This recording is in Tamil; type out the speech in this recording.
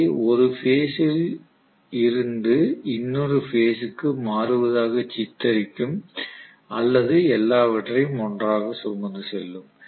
அவை ஒரு பேஸ் ல் இருந்து இன்னொரு பேஸ் க்கு மாறுவதாக சித்தரிக்கும் அல்லது எல்லாவற்றையும் ஒன்றாகச் சுமந்து செல்லும்